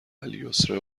الیسر